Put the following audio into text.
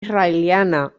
israeliana